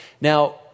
Now